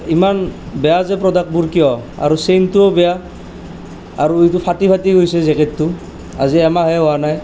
ইমান বেয়া যে প্ৰডাক্টবোৰ কিয় আৰু চেইনটোও বেয়া আৰু এইটো ফাটি ফাটি গৈছে জেকেটটো আজি এমাহেই হোৱা নাই